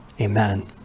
Amen